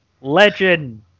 legend